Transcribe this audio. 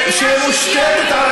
מדינה שוויונית.